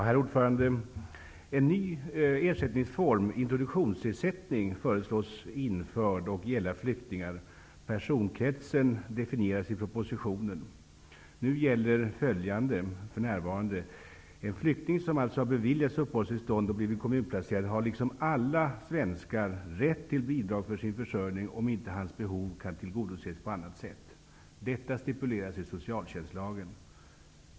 Herr talman! En ny ersättningsform, introduktionsersättning, föreslås bli införd och gälla flyktingar. Personkretsen definieras i propositionen. För närvarande gäller följande. En flykting som har beviljats uppehållstillstånd och som har blivit kommunplacerad har, liksom alla svenskar, rätt till bidrag för sin försörjning, om hans behov inte kan tillgodoses på annat sätt. Detta stipuleras i socialtjänstlagen.